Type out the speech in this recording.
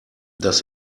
dass